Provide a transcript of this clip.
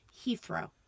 Heathrow